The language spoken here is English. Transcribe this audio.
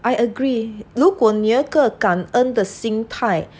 I agree 如果你有一个感恩的心态